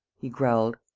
he growled.